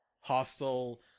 hostile